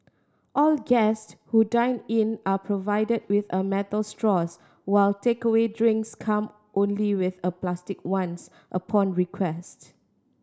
all guest who dine in are provided with a metal straws while takeaway drinks come only with a plastic ones upon request